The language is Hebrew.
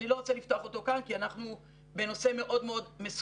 אני לא רוצה לפתוח אותו כאן כי אנחנו בנושא מאוד מאוד מסוים.